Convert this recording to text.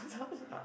!huh!